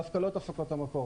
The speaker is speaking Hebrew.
דווקא לא את הפקות המקור.